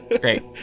Great